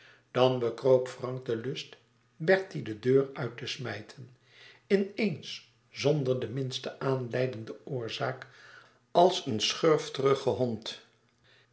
dan bekroop frank den lust bertie de deur uit te smijten in eens zonder de minste aanleidende oorzaak als een schurftigen hond